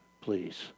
please